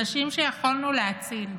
אנשים שיכולנו להציל.